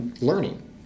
learning